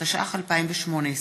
התשע"ח 2018,